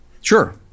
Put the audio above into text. Sure